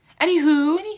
Anywho